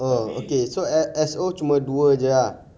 oh okay so S_S_O dua jer ah